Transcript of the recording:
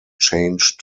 change